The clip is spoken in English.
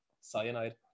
cyanide